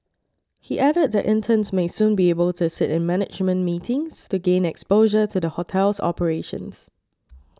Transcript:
he added that interns may soon be able to sit in management meetings to gain exposure to the hotel's operations